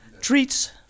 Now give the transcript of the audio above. treats